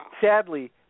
sadly